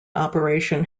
operation